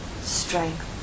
strength